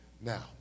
Now